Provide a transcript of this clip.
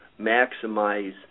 maximize